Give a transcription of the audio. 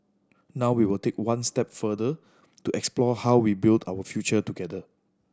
now we will take one step further to explore how we will build out future together